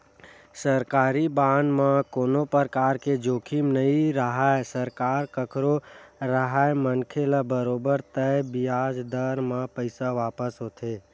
सरकारी बांड म कोनो परकार के जोखिम नइ राहय सरकार कखरो राहय मनखे ल बरोबर तय बियाज दर म पइसा वापस होथे